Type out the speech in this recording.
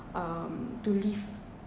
um to live